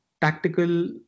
tactical